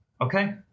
Okay